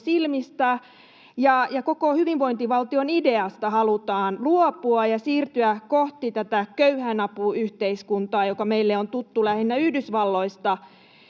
silmistä ja koko hyvinvointivaltion ideasta halutaan luopua ja siirtyä kohti tätä köyhäinapuyhteiskuntaa, joka meille on tuttu lähinnä Yhdysvalloista.